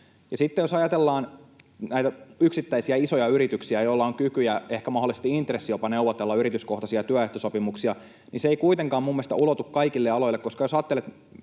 Sitten jos ajatellaan näitä yksittäisiä isoja yrityksiä, joilla on kyky ja ehkä mahdollisesti jopa intressi neuvotella yrityskohtaisia työehtosopimuksia, niin se ei kuitenkaan minun mielestäni ulotu kaikille aloille, koska jos ajattelee